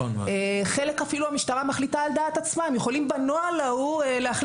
בחלק המשטרה מחליטה על דעת עצמה והם יכולים בנוהל ההוא להחליט